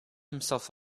himself